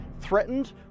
threatened